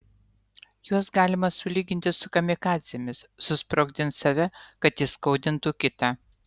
juos galima sulyginti su kamikadzėmis susprogdins save kad įskaudintų kitą